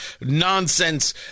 nonsense